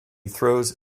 throws